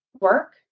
work